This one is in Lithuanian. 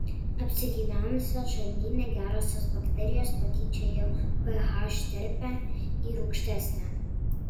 apsigyvenusios žarnyne gerosios bakterijos pakeičia jo ph terpę į rūgštesnę